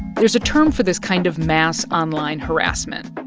there's a term for this kind of mass online harassment.